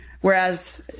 whereas